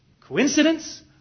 Coincidence